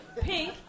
Pink